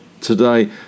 today